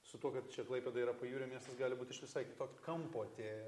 su tuo kad čia klaipėda yra pajūrio miestas gali būti iš visai kitok kampo atėję